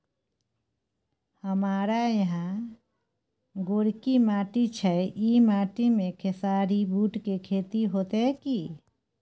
हमारा यहाँ गोरकी माटी छै ई माटी में खेसारी, बूट के खेती हौते की?